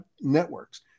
networks